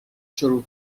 شروع